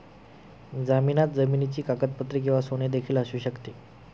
जामिनात जमिनीची कागदपत्रे किंवा सोने देखील असू शकते